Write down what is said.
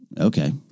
Okay